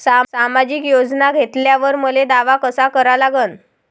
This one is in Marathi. सामाजिक योजना घेतल्यावर मले दावा कसा करा लागन?